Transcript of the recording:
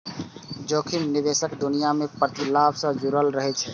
जोखिम निवेशक दुनिया मे प्रतिलाभ सं जुड़ल रहै छै